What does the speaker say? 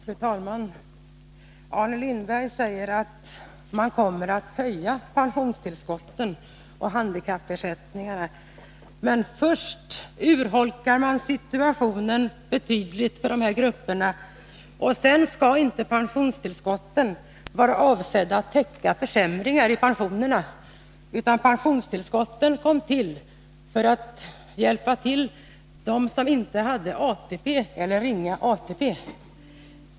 Fru talman! Arne Lindberg säger att man kommer att höja pensionstillskotten och handikappersättningarna. Men för det första är det så att man urholkar det hela betydligt för de här grupperna, och för det andra skall inte pensionstillskotten vara avsedda att täcka försämringar i pensionerna, utan pensionstillskotten kom till för att hjälpa dem som inte hade ATP eller ringa ATP.